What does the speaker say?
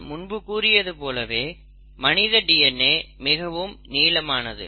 நான் முன்பு கூறியது போலவே மனித DNA மிகவும் நீளமானது